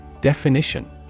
Definition